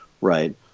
right